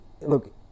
look